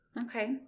Okay